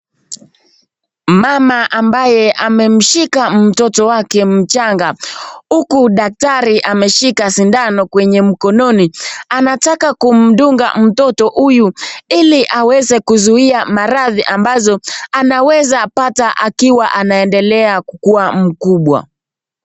Mama ambaye ameshika mtoto wake mjanga huku daktari ameshika sindano kwenye mkononi. Anataka kumdunga mtoto huyu ili aweze kuzuia maradhi ambazo anaweza pata akiwa anaendelea akiwa mkubwa.